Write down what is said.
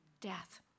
death